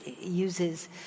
uses